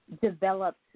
developed